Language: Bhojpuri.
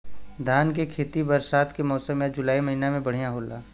धान के खेती बरसात के मौसम या जुलाई महीना में बढ़ियां होला?